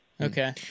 Okay